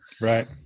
right